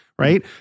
right